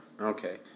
Okay